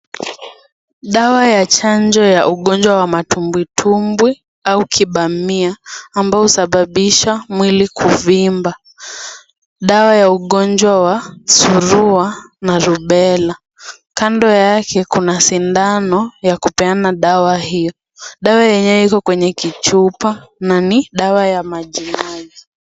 Dawa ya chanjo ya ugonjwa wa matumbwitubwi au kipambia ambao husababisha mwili kufimba dawa ya ugonjwa wa surua na rubella, kando yake kuna sindano ya kupeana dawa hiyo. Dawa yenyewe iko kwenye kichupa na ni dawa ya majimaji.